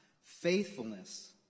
faithfulness